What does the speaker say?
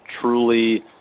truly